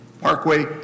parkway